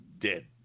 dead